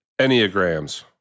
Enneagrams